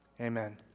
Amen